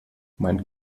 mein